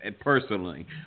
personally